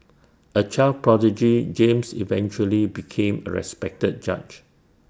A child prodigy James eventually became A respected judge